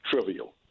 trivial